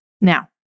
Now